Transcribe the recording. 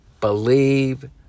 believe